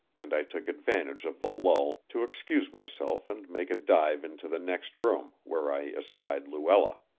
and i took advantage of the lull to excuse myself and make a dive into the next room where i espied luella.